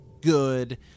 good